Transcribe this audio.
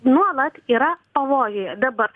nuolat yra pavojuje dabar